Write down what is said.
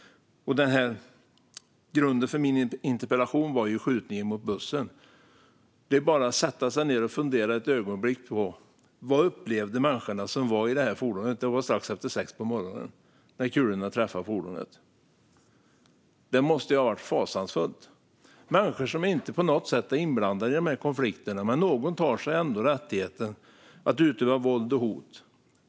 Grunden för min interpellation var skjutningen mot den här bussen. Det är bara att sätta sig ned och fundera ett ögonblick på vad människorna i bussen upplevde när kulorna, strax efter klockan sex på morgonen, träffade fordonet. Det måste ha varit fasansfullt. Detta är människor som inte på något sätt är inblandade i konflikterna, men någon tar sig ändå rätten att utöva våld och hot.